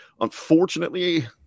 unfortunately